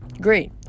Great